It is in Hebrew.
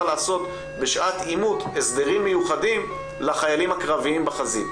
לעשות בשעת עימות הסדרים מיוחדים לחיילים הקרביים בחזית,